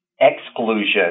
exclusion